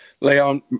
Leon